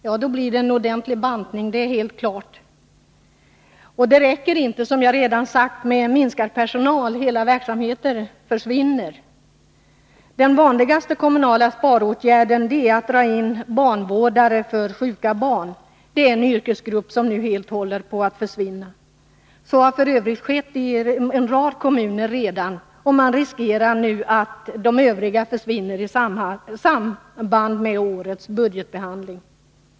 Ja, då blir det en ordentlig bantning, det är helt klart. Det räcker inte, som jag redan har sagt, med minskad personal, utan hela verksamheter försvinner. Den vanligaste kommunala sparåtgärden är att dra in barnvårdare för sjuka barn. Det är en yrkesgrupp som håller på att försvinna helt. Så har f. ö. redan skett i en rad kommuner, och det är nu risk för att de övriga försvinner i samband med årets budgetbehandling.